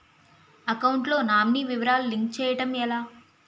Account లో nominee వివరాలు link చేయటం ఎలా?